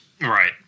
Right